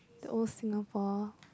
that was Singapore